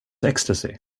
ecstasy